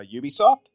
Ubisoft